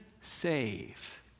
save